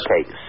Okay